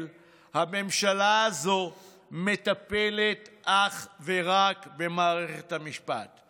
הממשלה הזו מטפלת אך ורק במערכת המשפט?